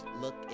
look